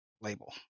label